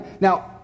Now